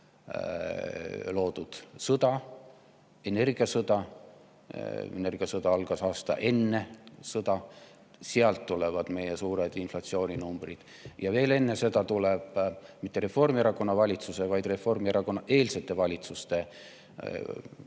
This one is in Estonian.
loodud: sõda ja energiasõda. Energiasõda algas aasta enne sõda. Sealt tulevad meie suured inflatsiooninumbrid. Ja veel enne seda olid mitte Reformierakonna valitsuse, vaid Reformierakonna valitsuste eelsete valitsuste